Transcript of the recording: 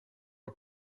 are